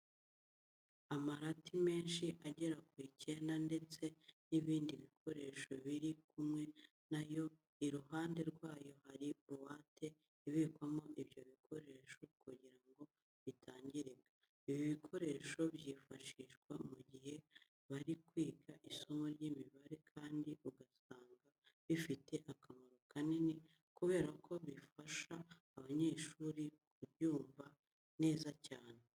Amarati menshi agera ku icyenda ndetse n'ibindi bikoresho biri kumwe na yo, iruhande rwayo hari buwate ibikwamo ibyo bikoresho kugira ngo bitangirika. Ibi bikoresho byifashishwa mu gihe bari kwiga isomo ry'imibare kandi usanga bifite akamaro kanini kubera ko bifasha abanyeshuri kuryumva neza cyane.